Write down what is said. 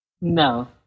No